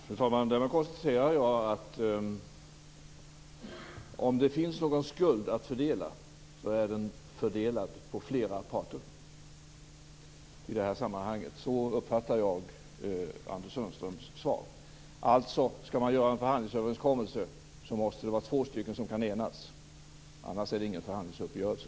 Fru talman! Därmed konstaterar jag att om det finns någon skuld att fördela så är den fördelad på flera parter i det här sammanhanget. Så uppfattar jag Anders Sundströms svar. Skall man göra en förhandlingsöverenskommelse måste det vara två stycken som kan enas, annars är det ingen förhandlingsuppgörelse.